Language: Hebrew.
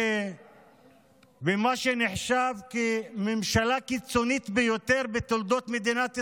ומה שנחשב כממשלה הקיצונית ביותר בתולדות מדינת ישראל,